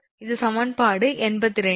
இது சமன்பாடு 82